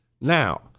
Now